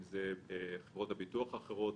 אם בחברות הביטוח האחרות,